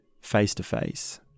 face-to-face